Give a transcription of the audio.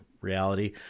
reality